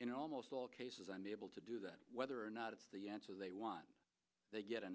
in almost all cases i'm able to do that whether or not it's the answer they want they get an